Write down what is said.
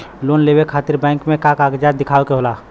Loan लेवे खातिर bank मे का कागजात दिखावे के होला?